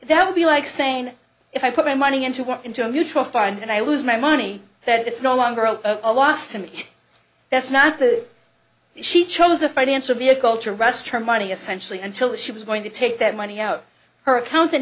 that would be like saying if i put my money into want into a mutual fund and i lose my money that it's no longer a loss to me that's not the she chose a financial vehicle to rest her money essentially until she was going to take that money out of her account